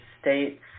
States